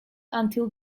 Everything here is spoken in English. until